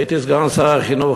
הייתי סגן שר החינוך,